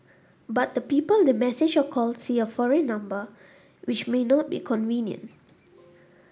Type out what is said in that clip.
but the people they message or call see a foreign number which may not be convenient